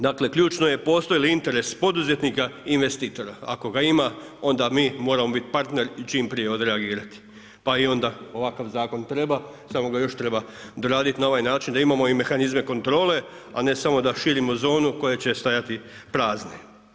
Dakle ključno je postoji li interes poduzetnika i investitora, ako ga ima onda mi moramo biti partner i čim prije odreagirati, pa i onda ovakav zakon treba samo ga još treba dorati na ovaj način da imamo mehanizme kontrole, a ne samo da širimo zonu koja će stajati prazne.